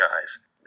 guys